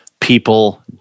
people